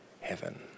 heaven